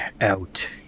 out